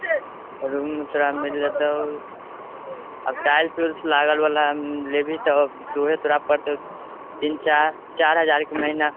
रूममे तोरा मिल जेतौ टाइल्स उल्स लागलवला लेबही तऽ तोरा पड़तौ तीन चारि चारि हजारके महीना